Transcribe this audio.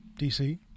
DC